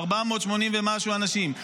480 ומשהו אנשים,